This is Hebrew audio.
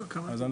אז,